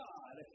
God